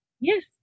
Yes